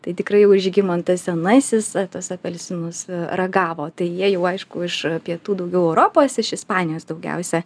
tai tikrai jau žygimantas senasis tuos apelsinus ragavo tai jie jau aišku iš pietų daugiau europos iš ispanijos daugiausia